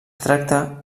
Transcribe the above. tracta